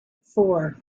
four